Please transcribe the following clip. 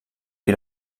que